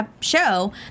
Show